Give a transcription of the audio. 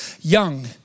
young